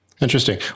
Interesting